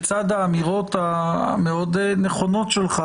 בצד האמירות המאוד נכונות שלך,